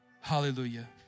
Hallelujah